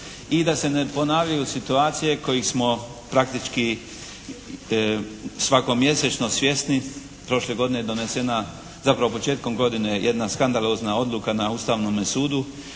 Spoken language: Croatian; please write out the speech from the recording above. i da se ne ponavljaju situacije kojih smo praktički svakomjesečno svjesni. Prošle godine je donesena, zapravo početkom godine, jedna skandalozna odluka na Ustavnome sudu,